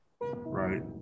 right